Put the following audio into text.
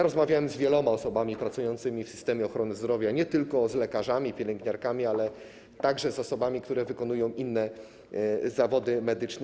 Rozmawiałem z wieloma osobami pracującymi w systemie ochrony zdrowia, nie tylko z lekarzami, pielęgniarkami, ale także z osobami, które wykonują inne zawody medyczne.